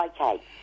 Okay